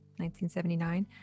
1979